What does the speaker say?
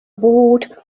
board